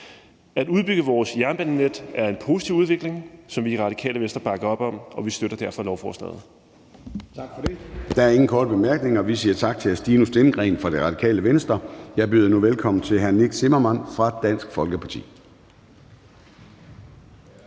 At udbygge vores jernbanenet er en positiv udvikling, som vi i Radikale Venstre bakker op om, og vi støtter derfor lovforslaget.